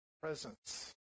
presence